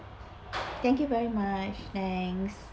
thank you very much thanks